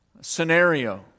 scenario